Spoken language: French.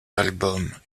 albums